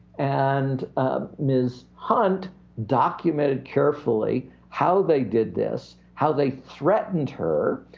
and ms. hunt documented carefully how they did this, how they threatened her,